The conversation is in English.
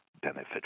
benefit